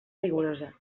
rigorosa